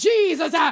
Jesus